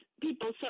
people